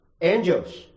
angels